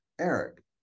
Eric